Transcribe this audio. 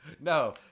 no